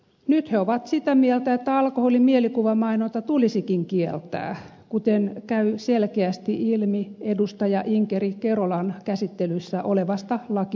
nyt he ovat sitä mieltä että alkoholin mielikuvamainonta tulisikin kieltää kuten käy selkeästi ilmi käsittelyssä olevasta ed